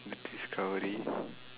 the discovery